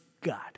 God